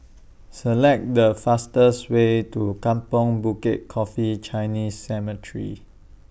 Select The fastest Way to Kampong Bukit Coffee Chinese Cemetery